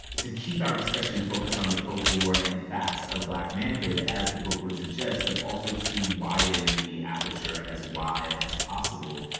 to keep our discussion focused on the folklore and facts of black manhood as the book would suggest, but also to widen the aperture as wide as possible,